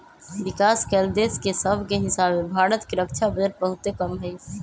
विकास कएल देश सभके हीसाबे भारत के रक्षा बजट बहुते कम हइ